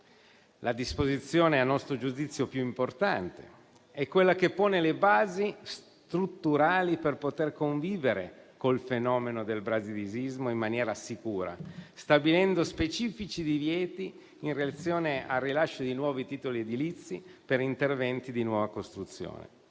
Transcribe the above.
La disposizione a nostro giudizio più importante è quella che pone le basi strutturali per poter convivere con il fenomeno del bradisismo in maniera sicura, stabilendo specifici divieti in relazione al rilascio dei nuovi titoli edilizi per interventi di nuova costruzione,